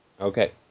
Okay